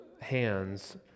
hands